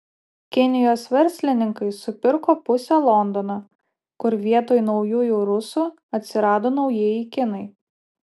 kinijos verslininkai supirko pusę londono kur vietoj naujųjų rusų atsirado naujieji kinai